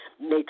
make